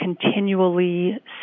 continually